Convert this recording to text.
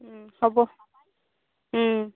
হ'ব